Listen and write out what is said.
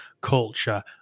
culture